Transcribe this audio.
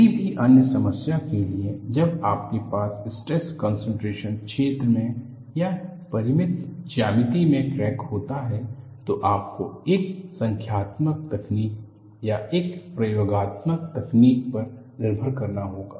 किसी भी अन्य समस्या के लिए जब आपके पास स्ट्रेस कनसंट्रेशन क्षेत्र में या परिमित ज्यामिति में क्रैक होता है तो आपको एक संख्यात्मक तकनीक या एक प्रयोगात्मक तकनीक पर निर्भर रहना होगा